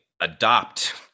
adopt